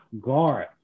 Guard